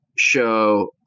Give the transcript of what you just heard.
Show